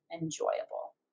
enjoyable